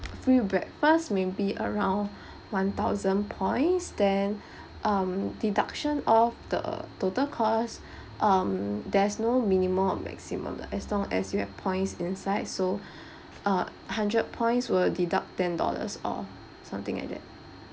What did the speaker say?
free breakfast maybe around one thousand points then um deduction of the total cost um there's no minimum or maximum as long as you have points inside so uh hundred points will deduct ten dollars off something like that